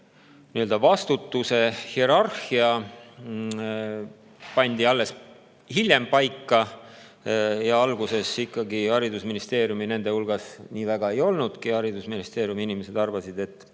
Vastutuse hierarhia pandi alles hiljem paika, alguses ikkagi haridusministeeriumi vastutajate hulgas nii väga ei olnudki. Haridusministeeriumi inimesed arvasid, et